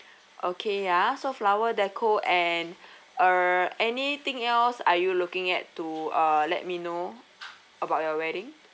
okay ya so flower deco and err anything else are you looking at to uh let me know about your wedding